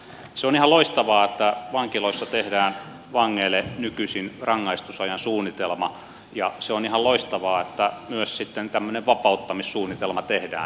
se on ihan loistavaa että vankiloissa tehdään vangeille nykyisin rangaistusajan suunnitelma ja se on ihan loistavaa että myös sitten tämmöinen vapauttamissuunnitelma tehdään